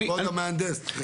כבוד המהנדס, תתייחס.